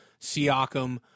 Siakam